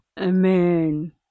amen